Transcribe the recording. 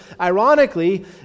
ironically